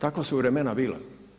Takva su vremena bila.